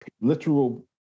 literal